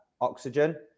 oxygen